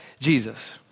Jesus